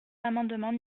l’amendement